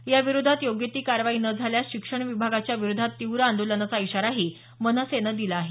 याविरोधात योग्य ती कारवाई न झाल्यास शिक्षण विभागाच्या विरोधात तीव्र आदोलनाचा इशाराही मनसेन दिला आहे